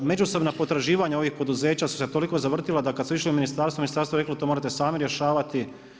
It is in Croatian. Međusobna potraživanja ovih poduzeća su se toliko zavrtila da kad su išla u ministarstvo, ministarstvo reklo to morate sami rješavati.